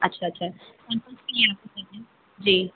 अच्छा अच्छा कौन कौन सी हैं आपको जी